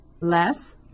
less